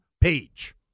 page